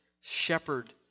shepherd